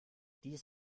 dies